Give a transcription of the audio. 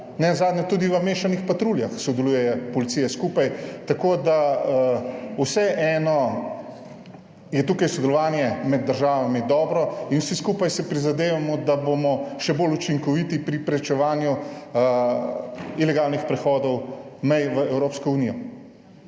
tudi v mešanih patruljah sodeluje policija skupaj, tako da vseeno je tukaj sodelovanje med državami dobro in vsi skupaj si prizadevamo, da bomo še bolj učinkoviti pri preprečevanju ilegalnih prehodov mej v Evropsko unijo.